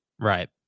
Right